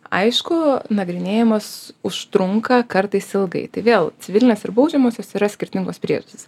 aišku nagrinėjimas užtrunka kartais ilgai tai vėl civilinės ir baudžiamosios yra skirtingos priežastys